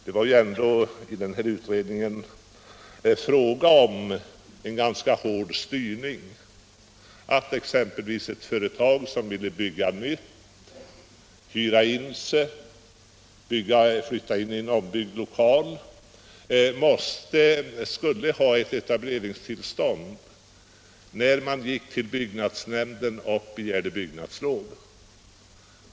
Men i utredningens förslag Torsdagen den var det ändå fråga om en ganska hård styrning. Ett företag som ville 16 december 1976 bygga nytt, hyra in sig eller flytta in i en ombyggd lokal skulle ha etableringstillstånd när man begärde byggnadslov.